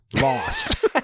lost